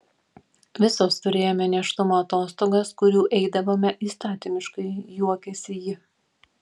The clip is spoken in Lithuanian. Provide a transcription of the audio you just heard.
visos turėjome nėštumo atostogas kurių eidavome įstatymiškai juokėsi ji